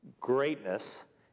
greatness